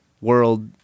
world